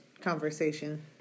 conversation